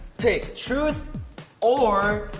pick, truth or.